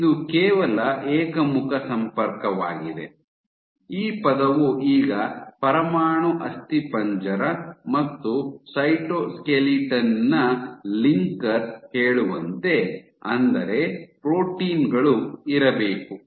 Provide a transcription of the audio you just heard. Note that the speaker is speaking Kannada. ಇದು ಕೇವಲ ಏಕಮುಖ ಸಂಪರ್ಕವಾಗಿದೆ ಈ ಪದವು ಈಗ ಪರಮಾಣು ಅಸ್ಥಿಪಂಜರ ಮತ್ತು ಸೈಟೋಸ್ಕೆಲಿಟನ್ ನ ಲಿಂಕರ್ ಹೇಳುವಂತೆ ಅಂದರೆ ಪ್ರೋಟೀನ್ ಗಳು ಇರಬೇಕು